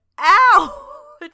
Ow